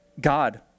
God